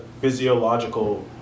physiological